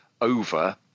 over